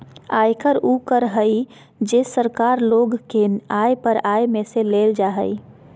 आयकर उ कर हइ जे सरकार लोग के आय पर आय में से लेल जा हइ